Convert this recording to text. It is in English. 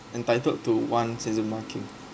entitled to one season parking